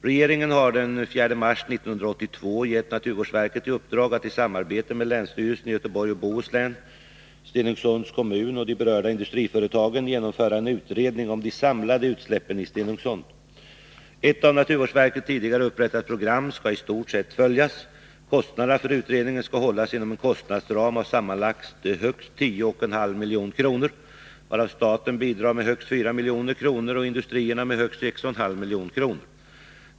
Regeringen har den 4 mars 1982 gett naturvårdsverket i uppdrag att i samarbete med länsstyrelsen i Göteborgs och Bohus län, Stenungsunds kommun och de berörda industriföretagen genomföra en utredning om de samlade utsläppen i Stenungsund. Ett av naturvårdsverket tidigare upprättat program skall i stort sett följas. Kostnaderna för utredningen skall hållas inom en kostnadsram av sammanlagt högst 10,5 milj.kr., varav staten bidrar med högst 4 milj.kr. och industrierna med högst 6,5 milj.kr.